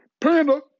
Panda